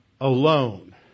alone